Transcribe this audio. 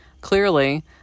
Clearly